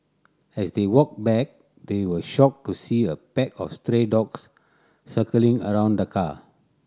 as they walked back they were shocked to see a pack of stray dogs circling around the car